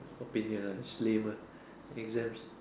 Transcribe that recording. opinion right is lame uh exams